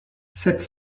sept